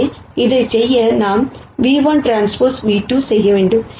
எனவே அதைச் செய்ய நாம் ν₁Tν₂ செய்ய வேண்டும்